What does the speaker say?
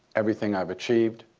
everything i've achieved,